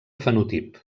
fenotip